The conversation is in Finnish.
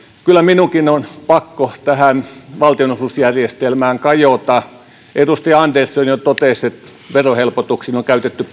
kyllä minunkin on pakko tähän valtionosuusjärjestelmään kajota kun edustaja andersson jo totesi että verohelpotuksiin on käytetty